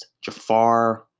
Jafar